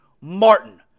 Martin